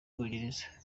bwongereza